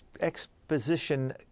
exposition